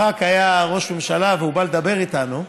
ברק היה ראש ממשלה והוא בא לדבר איתנו,